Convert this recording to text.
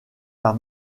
par